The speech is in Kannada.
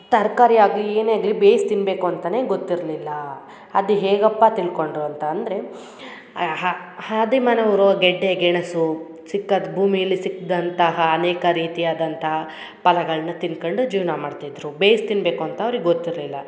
ತರಕಾರಿ ಆಗಲಿ ಏನೆ ಆಗಲಿ ಬೇಯಿಸಿ ತಿನ್ನಬೇಕು ಅಂತನೆ ಗೊತ್ತಿರಲಿಲ್ಲ ಅದು ಹೇಗಪ್ಪ ತಿಳ್ಕೊಂಡರು ಅಂತ ಅಂದರೆ ಆ ಆದಿ ಮಾನವರು ಗೆಡ್ಡೆ ಗೆಣಸು ಸಿಕ್ಕಾದ ಭೂಮಿಯಲ್ಲಿ ಸಿಕ್ದಂತಹ ಅನೇಕ ರೀತಿಯ ಆದಂಥ ಫಲಗಳ್ನ ತಿನ್ಕಂಡು ಜೀವನ ಮಾಡ್ತಿದ್ದರು ಬೇಯ್ಸಿ ತಿನ್ನಬೇಕು ಅಂತ ಅವ್ರಿಗ ಗೊತ್ತಿರಲಿಲ್ಲ